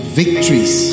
victories